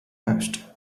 asked